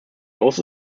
also